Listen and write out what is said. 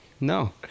No